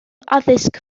addysg